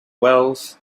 wells